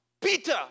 Peter